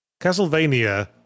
Castlevania